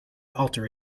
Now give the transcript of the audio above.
alter